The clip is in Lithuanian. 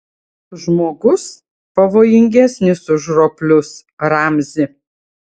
žmogus pavojingesnis už roplius ramzi